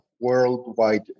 worldwide